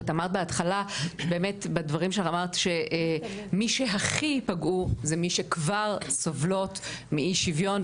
את אמרת בהתחלה שמי שהכי יפגעו זה מי שכבר סובלות מאי שוויון,